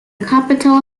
capital